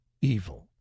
evil